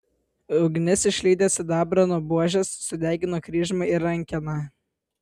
ugnis išlydė sidabrą nuo buožės sudegino kryžmą ir rankeną